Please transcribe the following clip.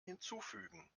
hinzufügen